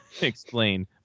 explain